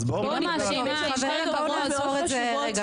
אז בואי --- (היו"ר שלי טל מירון) היו"ר בואו נעצור את זה רגע כאן,